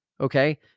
Okay